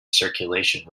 circulation